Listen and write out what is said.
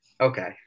Okay